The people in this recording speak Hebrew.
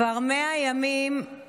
בגין לא היה אכול אשמה.